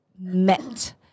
met